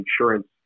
insurance